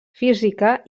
física